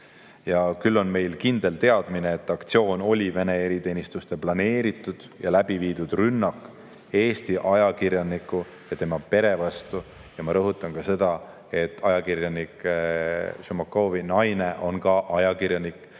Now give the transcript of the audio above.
Küll on meil kindel teadmine, et aktsioon oli Vene eriteenistuse planeeritud ja läbiviidud rünnak Eesti ajakirjaniku ja tema pere vastu. Ma rõhutan seda, et ajakirjanik Šumakovi naine on ka ajakirjanik,